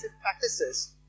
practices